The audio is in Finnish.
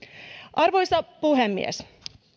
arvoisa puhemies